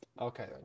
Okay